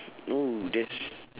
oh that's